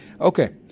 Okay